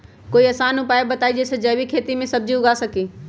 कोई आसान उपाय बताइ जे से जैविक खेती में सब्जी उगा सकीं?